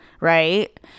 right